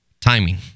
timing